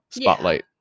spotlight